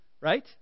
Right